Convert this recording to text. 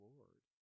Lord